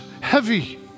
heavy